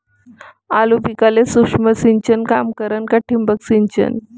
आलू पिकाले सूक्ष्म सिंचन काम करन का ठिबक सिंचन?